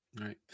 Right